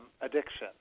addiction